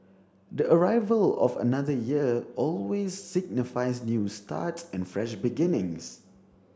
the arrival of another year always signifies new starts and fresh beginnings